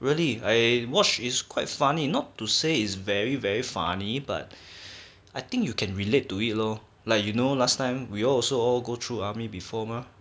really I watch is quite funny not to say it's very very funny but I think you can relate to it lor like you know last time we all also go through army before mah